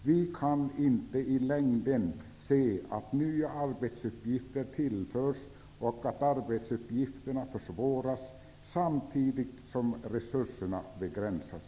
Vi kan i längden inte godta att nya arbetsuppgifter tillförs och att arbetsuppgifterna försvåras samtidigt som resurserna begränsas.